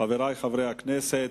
חברי חברי הכנסת,